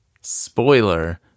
Spoiler